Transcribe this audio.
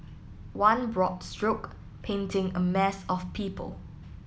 one broad stroke painting a mass of people